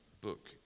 book